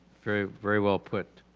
very, very well put.